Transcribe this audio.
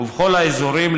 בכל האזורים,